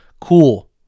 Cool